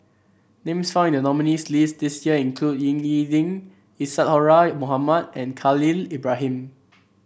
names found in the nominees' list this year include Ying E Ding Isadhora Mohamed and Khalil Ibrahim